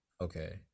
Okay